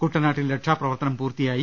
കുട്ടനാട്ടിൽ രക്ഷാപ്രവർത്തനം പൂർത്തിയായി